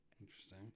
interesting